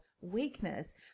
weakness